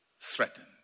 threatened